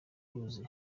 uruzi